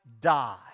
die